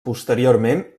posteriorment